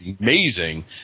amazing